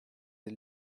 des